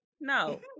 no